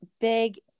big